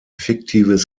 fiktives